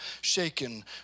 shaken